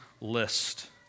list